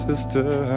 Sister